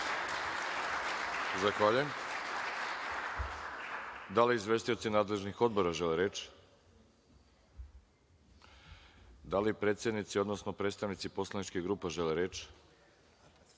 Zahvaljujem. Da li izvestioci nadležnih odbora žele reč? (Ne.)Da li predsednici, odnosno predstavnici poslaničkih grupa žele reč? Reč